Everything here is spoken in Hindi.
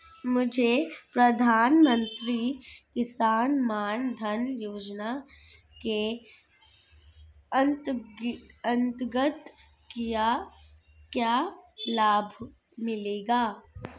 मुझे प्रधानमंत्री किसान मान धन योजना के अंतर्गत क्या लाभ मिलेगा?